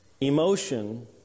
emotion